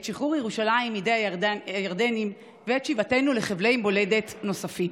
את שחרור ירושלים מידי הירדנים ואת שיבתנו לחבלי מולדת נוספים.